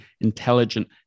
intelligent